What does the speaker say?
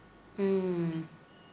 mm